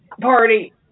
party